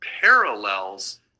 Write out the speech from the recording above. parallels